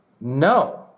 no